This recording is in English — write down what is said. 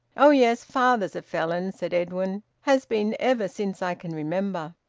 oh yes, father's a felon, said edwin. has been ever since i can remember.